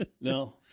No